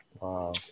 Wow